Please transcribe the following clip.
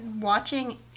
watching